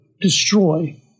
destroy